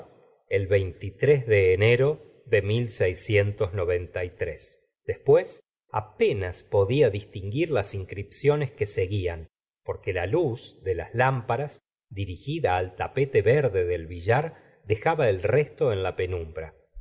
el de enero de después apenas podía distinguir las inscripciones que seguían porque la luz de lamparas dirigida al tapete verde del billar dejaba el resto en la penumbra